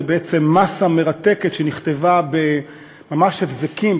זו בעצם מסה מרתקת שנכתבה בממש הבזקים,